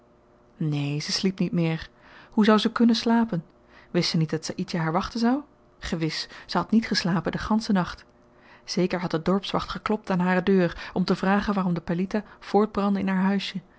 neen ze sliep niet meer hoe zou ze kunnen slapen wist ze niet dat saïdjah haar wachten zou gewis ze had niet geslapen den ganschen nacht zeker had de dorpswacht geklopt aan hare deur om te vragen waarom de pelitah voortbrandde in haar huisjen